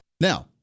Now